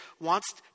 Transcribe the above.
wants